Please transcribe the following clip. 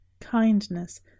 kindness